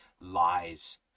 Lies